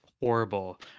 horrible